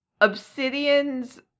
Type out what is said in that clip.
Obsidian's